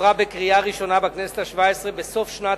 עברה בקריאה ראשונה בכנסת השבע-עשרה בסוף שנת